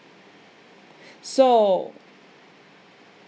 so